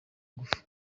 ngufu